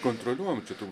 kontroliuojam kitų